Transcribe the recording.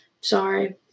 sorry